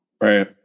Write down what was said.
Right